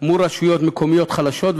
מול רשויות מקומיות חלשות,